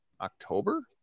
October